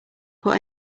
put